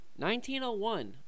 1901